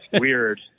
weird